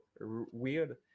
weird